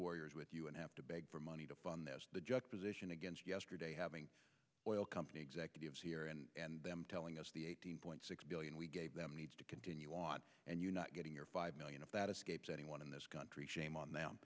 warriors with you and have to beg for money to fund their position against yesterday having oil company executives here and them telling us the eighteen point six billion we gave them needs to continue on and you're not getting your five million of that escapes anyone in this country shame on them